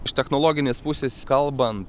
iš technologinės pusės kalbant